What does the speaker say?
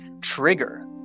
trigger